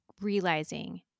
realizing